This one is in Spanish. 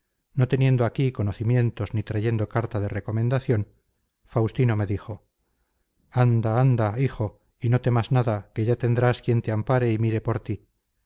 no teniendo aquí conocimientos ni trayendo carta de recomendación faustino me dijo anda anda hijo y no temas nada que ya tendrás quien te ampare y mire por ti